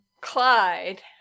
Clyde